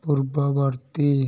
ପୂର୍ବବର୍ତ୍ତୀ